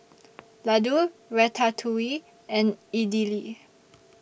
Ladoo Ratatouille and Idili